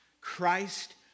Christ